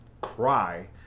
cry